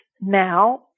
now